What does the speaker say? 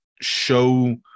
show